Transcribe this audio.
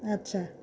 আচ্ছা